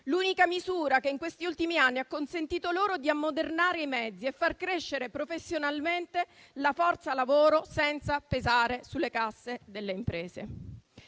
l'unica misura che in questi ultimi anni ha consentito loro di ammodernare i mezzi e far crescere professionalmente la forza lavoro senza pesare sulle casse delle imprese.